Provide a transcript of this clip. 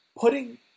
putting